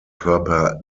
körper